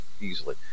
easily